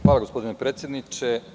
Hvala, gospodine predsedniče.